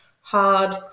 hard